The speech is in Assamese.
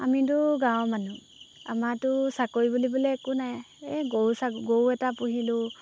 আমিতো গাঁৱৰ মানুহ আমাৰতো চাকৰি বুলিবলৈ একো নাই এই গৰু ছা গৰু এটা পুহিলোঁ